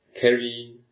carrying